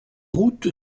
route